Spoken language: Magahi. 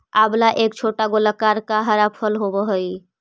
आंवला एक छोटा गोलाकार का हरा फल होवअ हई